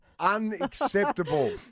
Unacceptable